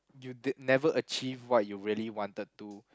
you d~ never achieve what you really wanted to